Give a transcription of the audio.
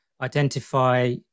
identify